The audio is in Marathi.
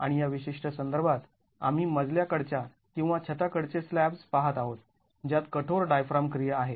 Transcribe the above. आणि या विशिष्ट संदर्भात आम्ही मजल्या कडच्या किंवा छताकडचे स्लॅब्ज् पाहत आहोत ज्यात कठोर डायफ्राम क्रिया आहे